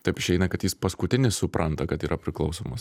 taip išeina kad jis paskutinis supranta kad yra priklausomas